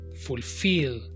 fulfill